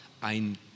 ein